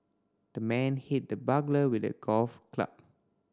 the man hit the burglar with a golf club